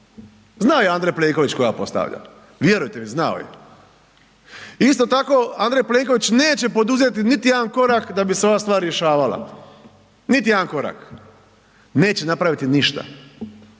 zna je Andrej Plenković koga postavlja, vjerujte mi, znao je. Isto tako Andrej Plenković neće poduzeti niti jedan korak da bi se ova stvar rješavala, niti jedan korak, neće napraviti ništa.